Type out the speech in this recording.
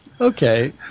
Okay